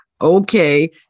okay